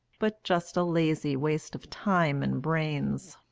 but just a lazy waste of time and brains.